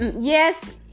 yes